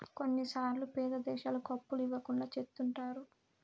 కొన్నిసార్లు పేద దేశాలకు అప్పులు ఇవ్వకుండా చెత్తుంటారు